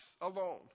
alone